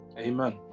Amen